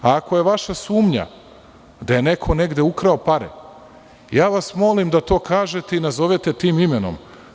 Ako je vaša sumnja da je neko negde ukrao pare, molim vas da to kažete i nazovete tim imenom.